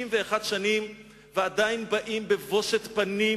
61 שנים, ועדיין באים בבושת פנים